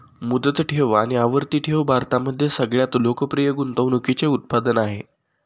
मुदत ठेव आणि आवर्ती ठेव भारतामध्ये सगळ्यात लोकप्रिय गुंतवणूकीचे उत्पादन आहे